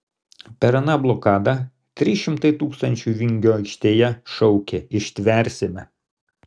per aną blokadą trys šimtai tūkstančių vingio aikštėje šaukė ištversime